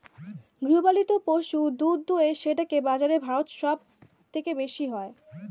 গৃহপালিত পশু দুধ দুয়ে সেটাকে বাজারে ভারত সব থেকে বেশি হয়